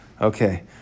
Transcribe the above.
Okay